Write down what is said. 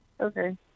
Okay